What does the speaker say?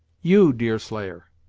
you, deerslayer!